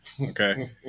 Okay